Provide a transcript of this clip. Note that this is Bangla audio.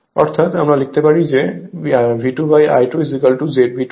অর্থাৎ আমরা লিখতে পারি এবং যে V2I2 ZB 2